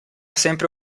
sempre